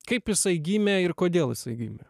kaip jisai gimė ir kodėl isai gimė